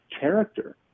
character